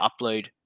upload